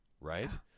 right